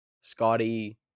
Scotty